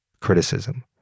criticism